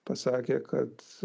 pasakė kad